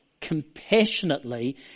compassionately